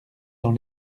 dans